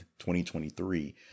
2023